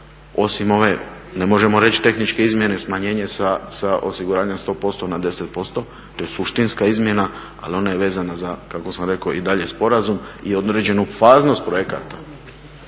osim ove ne možemo reći tehničke izmjene, smanjenje sa osiguranjem 100% na 10%, to je suštinska izmjena, ali ona je vezana za kako sam rekao i dalje sporazum i određenu faznost projekata.